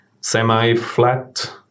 semi-flat